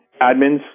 admins